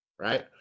Right